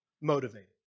motivated